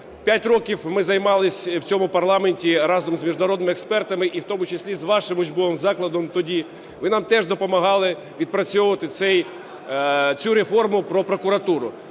5 років ми займалися в цьому парламенті разом з міжнародними експертами і в тому числі з вашим учбовим закладом тоді, ви нам теж допомагали відпрацьовувати цю реформу про прокуратуру.